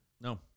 No